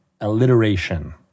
Alliteration